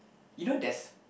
you know there's